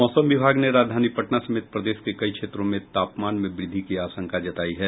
मौसम विभाग ने राजधानी पटना समेत प्रदेश के कई क्षेत्रों में तापमान में वृद्धि की आशंका जतायी है